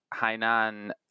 hainan